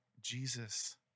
Jesus